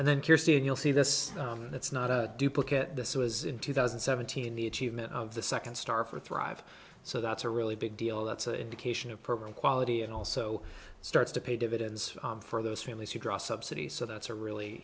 and then you're seeing you'll see this it's not a duplicate this was in two thousand and seventeen the achievement of the second star for thrive so that's a really big deal that's an indication of program quality and also starts to pay dividends for those families who draw subsidy so that's a really